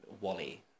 Wally